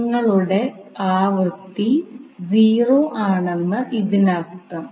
നിങ്ങളുടെ ആവൃത്തി 0 ആണെന്നാണ് ഇതിനർത്ഥം